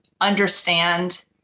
understand